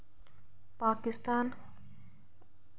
Pakistan